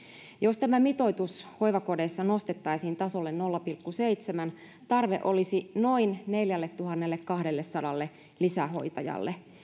jos tämä mitoitus hoivakodeissa nostettaisiin tasolle nolla pilkku seitsemän tarve olisi noin neljälletuhannellekahdellesadalle lisähoitajalle